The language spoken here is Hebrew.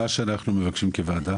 אנחנו כוועדה